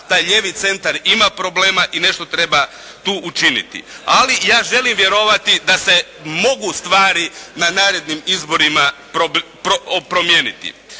taj lijevi centar ima problema i nešto treba tu učiniti. Ali ja želim vjerovati da se mogu stvari na narednim izborima promijeniti.